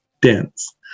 dense